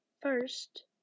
First